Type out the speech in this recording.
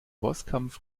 bosskampf